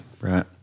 right